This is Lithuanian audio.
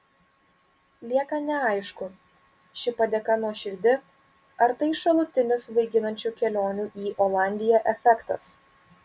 lieka neaišku ši padėka nuoširdi ar tai šalutinis svaiginančių kelionių į olandiją efektas